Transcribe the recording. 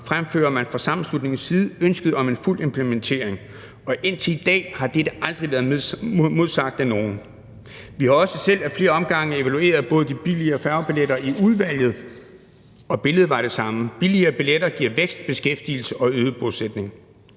fremfører man fra sammenslutningens side ønsket om en fuld implementering, og indtil i dag har dette aldrig været modsagt af nogen. Vi har også selv af flere omgange evalueret de billigere færgebilletter i udvalget, og billedet var det samme. Billigere billetter giver vækst, beskæftigelse og øget bosætning.